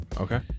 Okay